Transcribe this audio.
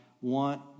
want